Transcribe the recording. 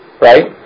right